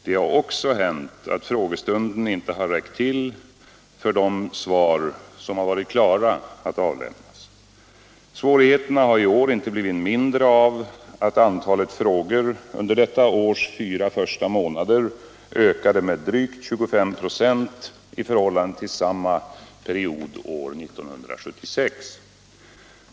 Det har också hänt att frågestunden inte har räckt till för de svar som har varit klara att avlämnas. Svårigheterna har i år inte blivit mindre av att antalet frågor under detta års fyra första månader ökade med drygt 25 926 i förhållande till samma period år 1976.